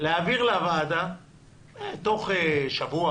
להעביר לוועדה תוך שבוע